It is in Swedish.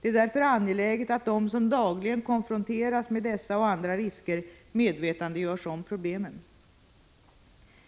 Det är därför angeläget att de som dagligen konfronteras med dessa och andra risker medvetandegörs om problemen.